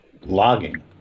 logging